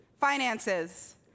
finances